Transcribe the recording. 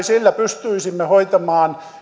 sillä pystyisimme hoitamaan